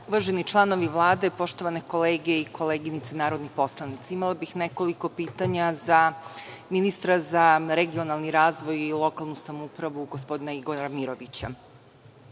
članovi Vlade, poštovane kolege i koleginice narodni poslanici. Imala bih nekoliko pitanja za ministra za regionalni razvoj i lokalnu samoupravu, gospodina Igora